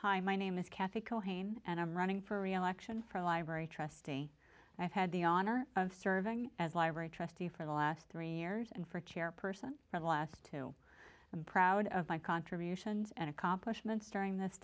hi my name is kathy culhane and i'm running for reelection for a library trustee i've had the honor of serving as library trustee for the last three years and for chairperson for the last two i'm proud of my contributions and accomplishments during this